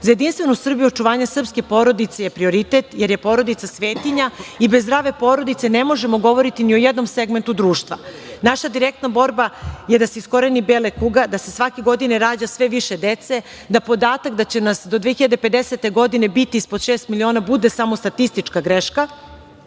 Za Jedinstvenu Srbiju očuvanje srpske porodice je prioritet, jer je porodica svetinja i bez zdrave porodice ne možemo govoriti ni o jednom segmentu društva. Naša direktna borba je da se iskoreni bela kuga, da se svake godine rađa sve više dece, da podatak da će nas do 2050. godine biti ispod šest miliona bude samo statistička greška.